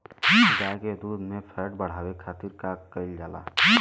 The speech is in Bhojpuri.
गाय के दूध में फैट बढ़ावे खातिर का कइल जाला?